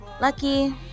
Lucky